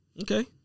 Okay